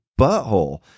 butthole